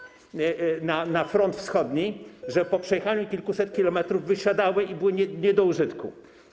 na front wschodni, że po przejechaniu kilkuset kilometrów wysiadały i były nie do użytku.